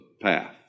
path